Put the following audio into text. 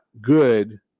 good